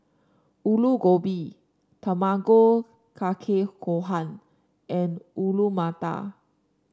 Alu Gobi Tamago Kake Gohan and Alu Matar